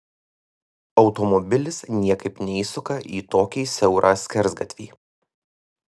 automobilis niekaip neįsuka į tokį siaurą skersgatvį